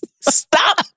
Stop